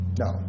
No